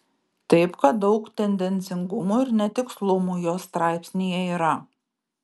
taip kad daug tendencingumų ir netikslumų jos straipsnyje yra